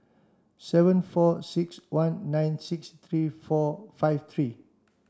seven four six one nine six three four five three